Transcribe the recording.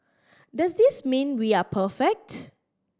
does this mean we are perfect